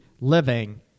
living